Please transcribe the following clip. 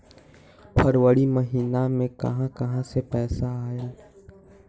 फरवरी महिना मे कहा कहा से पैसा आएल?